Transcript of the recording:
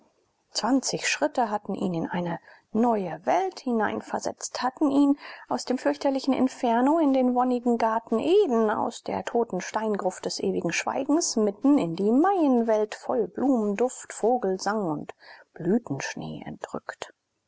zwanzig schritte hatten ihn in eine neue welt hineinversetzt hatten ihn aus dem fürchterlichen inferno in den wonnigen garten eden aus der toten steingruft des ewigen schweigens mitten in die maienwelt voll blumenduft vogelsang und blütenschnee entrückt